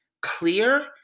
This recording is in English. clear